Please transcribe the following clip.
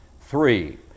Three